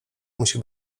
musi